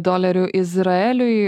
dolerių izraeliui